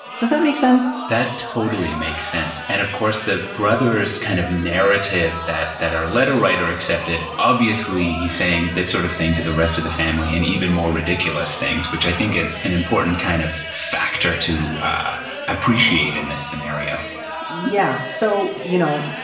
does that make sense? that totally makes sense. and of course, the brothers kind of narrative that that our letter writer accepted. obviously, he's saying this sort of thing to the rest of the family and even more ridiculous things, which i think is an important kind of factor to appreciate in this scenario yeah. so, you know,